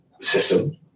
system